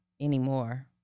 anymore